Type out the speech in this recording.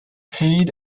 paid